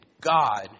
God